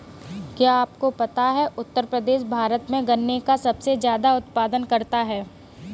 क्या आपको पता है उत्तर प्रदेश भारत में गन्ने का सबसे ज़्यादा उत्पादन करता है?